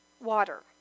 water